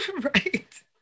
Right